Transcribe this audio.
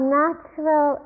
natural